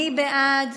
מי בעד?